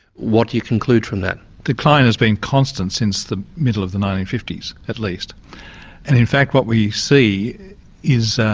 what do you conclude from that? decline has been constant since the middle of the nineteen fifty s at least. and in fact what we see is a